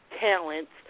talents